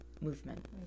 Movement